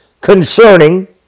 concerning